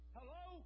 Hello